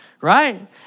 right